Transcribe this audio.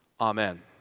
Amen